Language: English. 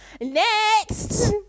next